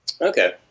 Okay